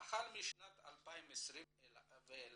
"החל משנת 2020 ואילך